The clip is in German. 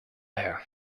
her